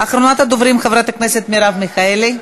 אחרונת הדוברים, חברת הכנסת מרב מיכאלי.